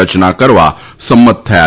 રચના કરવા સંમત થયા છે